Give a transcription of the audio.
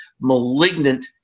malignant